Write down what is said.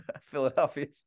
Philadelphia